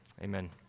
Amen